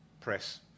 press